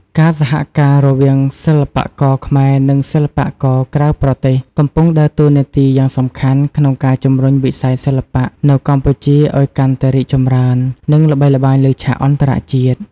ការសហការរវាងសិល្បករខ្មែរ និងសិល្បករក្រៅប្រទេស កំពុងដើរតួនាទីយ៉ាងសំខាន់ក្នុងការជំរុញវិស័យសិល្បៈនៅកម្ពុជាឱ្យកាន់តែរីកចម្រើន និងល្បីល្បាញលើឆាកអន្តរជាតិ។